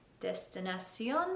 destinación